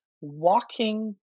walking